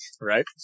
right